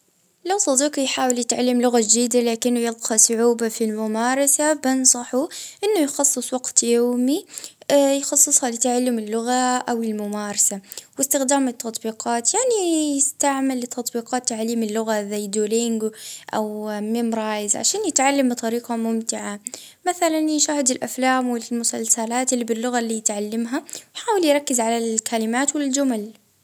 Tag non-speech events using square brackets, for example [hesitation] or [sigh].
يدمچ اللغة في يومياته يشوف أفلام أو يسمع أغاني باللغة اللي بيتعلمها [hesitation] يلجى حد يتكلم معاه على الأقل مرة في الأسبوع باش [hesitation] يولي أكثر أرتياح وثقة.